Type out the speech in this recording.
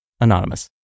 Anonymous